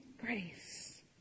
grace